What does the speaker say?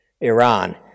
Iran